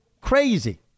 Crazy